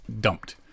dumped